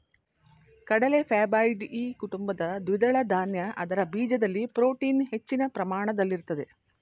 ಕಡಲೆ ಫ್ಯಾಬಾಯ್ಡಿಯಿ ಕುಟುಂಬದ ದ್ವಿದಳ ಧಾನ್ಯ ಅದರ ಬೀಜದಲ್ಲಿ ಪ್ರೋಟೀನ್ ಹೆಚ್ಚಿನ ಪ್ರಮಾಣದಲ್ಲಿರ್ತದೆ